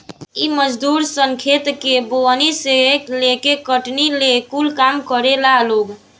इ मजदूर सन खेत के बोअनी से लेके कटनी ले कूल काम करेला लोग